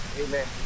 amen